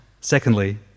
Secondly